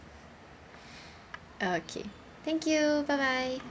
okay thank you bye bye